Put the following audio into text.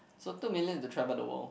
so two million is to travel the world